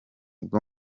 bwo